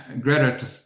Greta